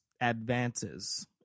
advances